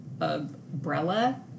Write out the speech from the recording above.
Umbrella